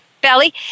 belly